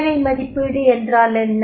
வேலை மதிப்பீடு என்றால் என்ன